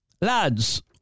Lads